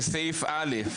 לסעיף (א),